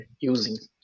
using